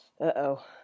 Uh-oh